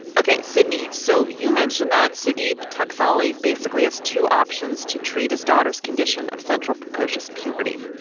ok. sydney, so you mentioned that sudeep taksali basically has two options to treat his daughter's condition of central precocious puberty.